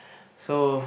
so